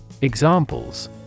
Examples